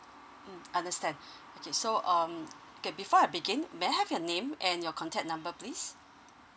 mm understand okay so um okay before I begin may I have your name and your contact number please